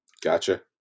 Gotcha